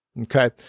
Okay